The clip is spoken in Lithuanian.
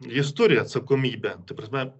jis turi atsakomybę ta prasme